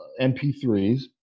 MP3s